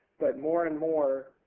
but more and more,